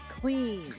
clean